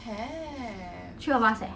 three of us eh